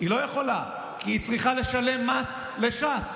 היא לא יכולה, כי היא צריכה לשלם מס לש"ס.